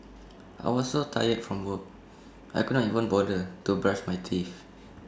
I was so tired from work I could not even bother to brush my teeth